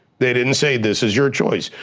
they didn't say, this is your choice,